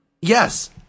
Yes